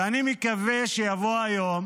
ואני מקווה שיבוא היום